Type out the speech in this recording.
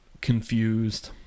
confused